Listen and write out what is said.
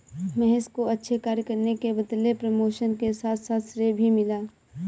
महेश को अच्छे कार्य करने के बदले प्रमोशन के साथ साथ श्रेय भी मिला